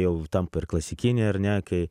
jau tampa ir klasikinė ar ne kai